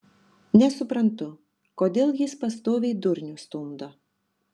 nesuprantu kodėl jis pastoviai durnių stumdo